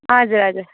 हजुर हजुर